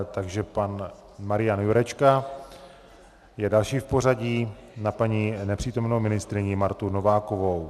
Takže pan Marian Jurečka je další v pořadí na nepřítomnou ministryni Martu Novákovou.